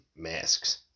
masks